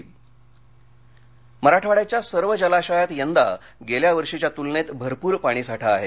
पाणीसाठी मराठवाङ्याच्या सर्व जलाशयात यंदा गेल्यावर्षीच्या तुलनेत भरपूर पाणीसाठा आहे